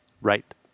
Right